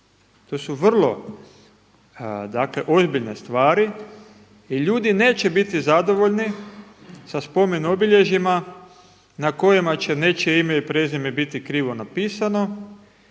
To su vrlo dakle ozbiljne stvari i ljudi neće biti zadovoljni sa spomen-obilježjima na kojima će nečije ime i prezime biti krivo napisano,